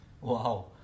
Wow